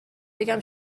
بگم